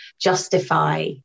justify